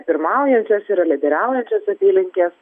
pirmaujančios yra lyderiaujančios apylinkės